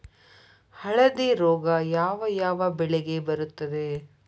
ಹಳದಿ ರೋಗ ಯಾವ ಯಾವ ಬೆಳೆಗೆ ಬರುತ್ತದೆ?